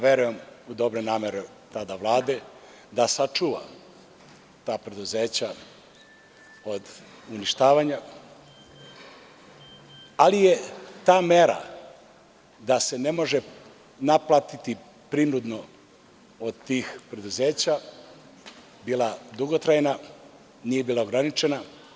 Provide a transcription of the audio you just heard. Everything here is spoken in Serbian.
Verujem u dobre namere tada Vlade da sačuva ta preduzeća od uništavanja, ali je ta mera da se ne može naplatiti prinudno od tih preduzeća bila dugotrajna, nije bila ograničena.